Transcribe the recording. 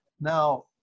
Now